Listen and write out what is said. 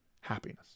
happiness